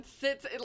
sits